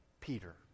Peter